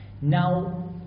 Now